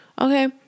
Okay